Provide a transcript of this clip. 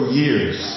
years